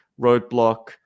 Roadblock